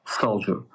soldier